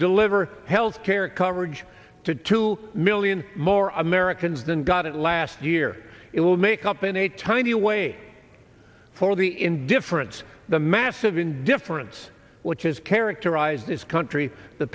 deliver health care coverage to two million more americans than got it last year it will make up in a tiny way for the indifference the massive indifference which has characterized this country the